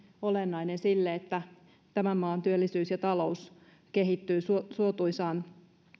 olennainen sille että tämän maan työllisyys ja talous kehittyvät suotuisaan